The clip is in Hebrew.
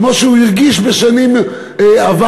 כמו שהוא הרגיש בשנים עברו,